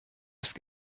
ist